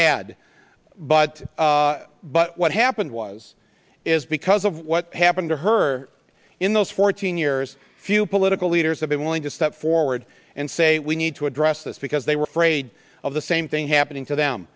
had but but what happened was is because of what happened to her in those fourteen years few political leaders have been willing to step forward and say we need to address this because they were afraid of the same thing happening to them